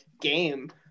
game